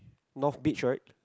north beach right